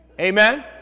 Amen